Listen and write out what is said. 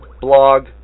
blog